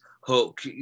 hook